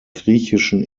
griechischen